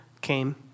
came